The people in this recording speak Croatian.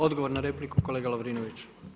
Odgovor na repliku, kolega Lovrinović.